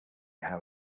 how